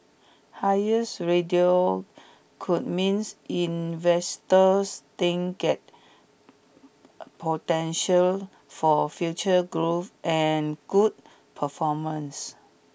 highers radio could means investors think got potential for future growth and good performance